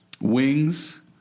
Wings